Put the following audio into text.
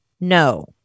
no